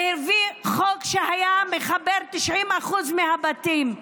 הביא חוק שהיה מחבר 90% מהבתים.